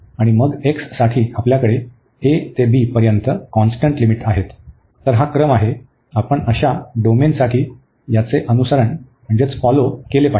आणि मग x साठी आपल्याकडे a ते b पर्यंत कॉन्स्टंट लिमिट आहेत तर हा क्रम आहे आपण अशा डोमेनसाठी याचे अनुसरण केले पाहिजे